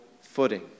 footing